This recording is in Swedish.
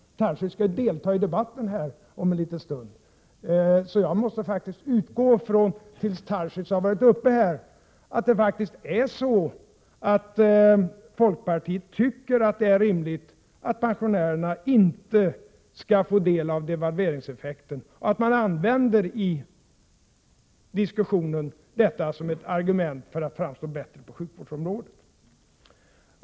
Daniel Tarschys skall ju delta i den här debatten om en liten stund, så jag måste faktiskt, tills han varit uppe i talarstolen, utgå från att det är så att folkpartiet tycker att det är rimligt att pensionärerna inte skall få del av devalveringseffekten och att man i diskussionen använder detta som ett argument för att framstå bättre på sjukvårdsområdet.